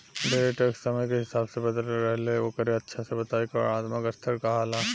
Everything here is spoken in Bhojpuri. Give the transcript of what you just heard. ढेरे टैक्स समय के हिसाब से बदलत रहेला ओकरे अच्छा से बताए के वर्णात्मक स्तर कहाला